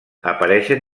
apareixen